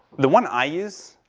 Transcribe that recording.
the one i use,